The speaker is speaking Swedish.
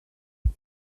den